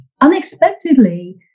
unexpectedly